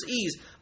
ease